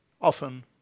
often